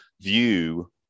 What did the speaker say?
view